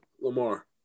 Lamar